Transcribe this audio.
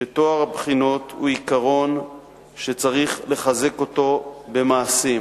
שטוהר הבחינות הוא עיקרון שצריך לחזק אותו במעשים.